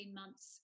months